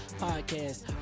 podcast